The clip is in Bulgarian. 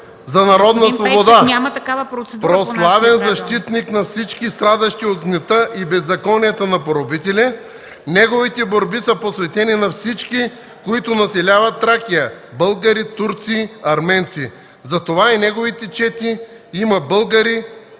ПЕЙЧЕВ ...прославен защитник на всички страдащи от гнета и беззаконието на поробителите, неговите борби са посветени на всички, които населяват Тракия – българи, турци, арменци. Затова и в неговите чети има българи,